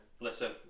listen